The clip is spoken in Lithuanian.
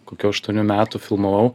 kokių aštuonių metų filmavau